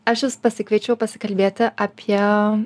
aš jus pasikviečiau pasikalbėti apie